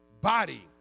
body